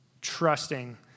trusting